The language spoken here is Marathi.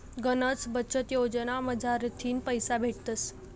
गनच बचत योजना मझारथीन पैसा भेटतस